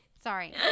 sorry